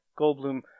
Goldblum